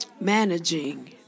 Managing